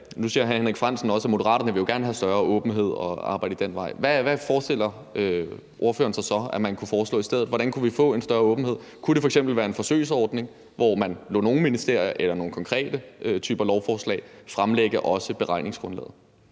Nu siger hr. Henrik Frandsen også, at Moderaterne jo gerne vil have større åbenhed og arbejde den vej. Hvad forestiller ordføreren sig så man kunne foreslå i stedet? Hvordan kunne vi få en større åbenhed? Kunne det f.eks. være en forsøgsordning, hvor man lod nogle ministerier fremlægge beregningsgrundlaget